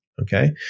Okay